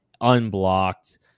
unblocked